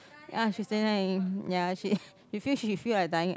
ya she is thirty nine already ya she you feel she feel like dying at